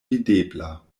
videbla